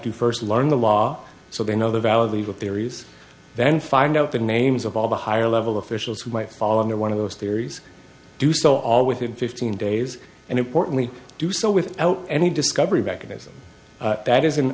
to first learn the law so they know the valid legal theories then find out the names of all the higher level officials who might fall under one of those theories do so all within fifteen days and importantly do so without any discovery recognizing that is